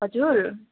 हजुर